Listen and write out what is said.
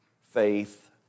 faith